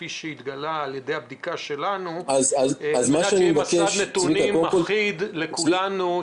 כפי שהתגלה בבדיקה שלנו על מנת שיהיה מסד נתונים אחיד לכולנו,